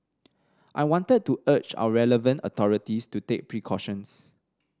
I wanted to urge our relevant authorities to take precautions